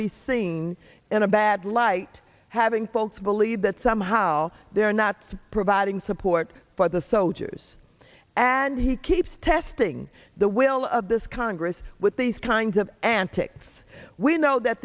be seen in a bad light having folks believe that somehow they're not providing support for the soldiers and he keeps testing the will of this congress with these kinds of antics we know that